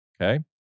okay